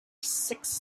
six